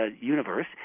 universe